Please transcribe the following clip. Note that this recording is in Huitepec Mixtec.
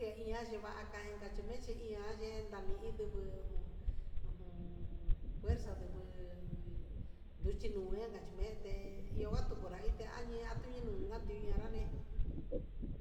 Ye iha yikanevanka ikachimeche iha ye'e, endani ndubu jun ujun fuerza ndubuu uun nduchinua kakame nde ndua tukunraita ahi ña'a tuinuu anduña nranjé.